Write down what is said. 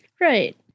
Right